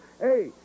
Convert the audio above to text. Hey